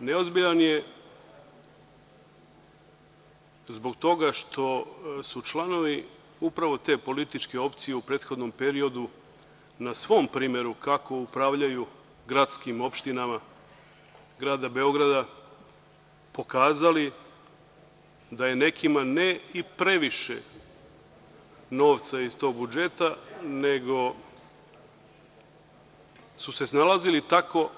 Neozbiljan je zbog toga što su članovi upravo te političke opcije u prethodnom periodu na svom primeru kako upravljaju gradskim opštinama grada Beograda pokazali da je nekima ne i previše novca iz tog budžeta, nego su se snalazili tako